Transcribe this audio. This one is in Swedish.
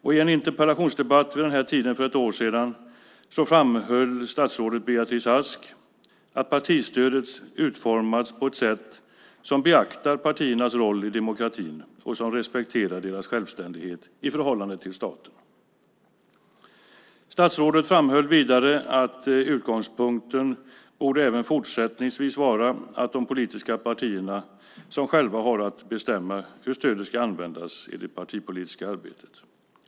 I en interpellationsdebatt vid den här tiden för ett år sedan framhöll statsrådet Beatrice Ask att partistödet har utformats på ett sätt som beaktar partiernas roll i demokratin och som respekterar deras självständighet i förhållande till staten. Statsrådet framhöll vidare att utgångspunkten även fortsättningsvis borde vara att det är de politiska partierna som själva har att bestämma hur stödet ska användas i det partipolitiska arbetet.